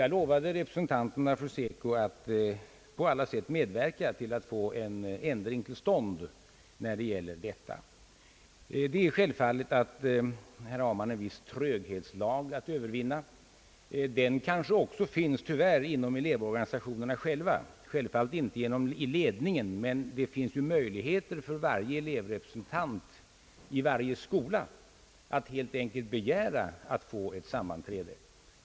Jag lovade representanter för SECO att på alla sätt medverka till att få en ändring till stånd härvidlag. Självfallet har man här en tröghetslag att övervinna. Den kanske också, tyvärr, verkar inom elevorganisationerna, naturligtvis inte i ledningen. Det finns dock möjlighet för varje elevrepresentant vid varje skola att helt enkelt begära att få ett sammanträde.